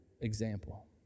example